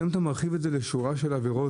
היום אתה מרחיב את זה לשורה של עבירות,